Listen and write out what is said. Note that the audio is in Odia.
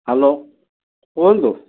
ହେଲୋ କୁହନ୍ତୁ